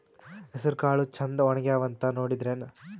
ಹೆಸರಕಾಳು ಛಂದ ಒಣಗ್ಯಾವಂತ ನೋಡಿದ್ರೆನ?